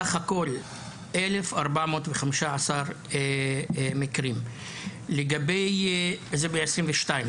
סך הכול 1,415 מקרים ב-22'.